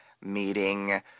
meeting